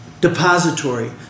depository